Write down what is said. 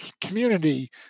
community